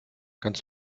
kannst